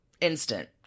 instant